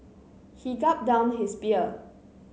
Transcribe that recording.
he gulped down his beer